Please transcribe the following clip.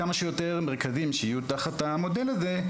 כמה שיותר מרכזים שיהיו תחת המודל הזה,